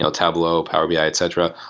ah tableau, power bi, etc,